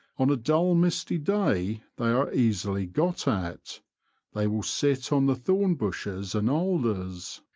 on a dull misty day they are easily got at they will sit on the thorn bushes and alders,